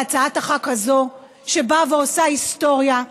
והצעת החוק הזו, שבאה ועושה היסטוריה,